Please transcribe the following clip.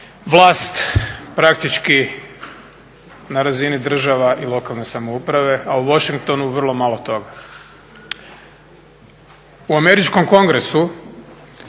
vlast praktički na razini država i lokalne samouprave, a u Washingtonu vrlo malo toga. U američkom Kongresu